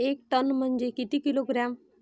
एक टन म्हनजे किती किलोग्रॅम?